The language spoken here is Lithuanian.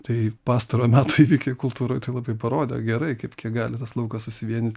tai pastarojo meto įvykiai kultūroje tai labai parodė gerai kaip kiek gali tas laukas susivienyt